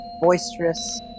boisterous